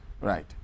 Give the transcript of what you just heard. Right